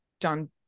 done